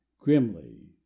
grimly